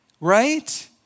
right